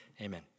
amen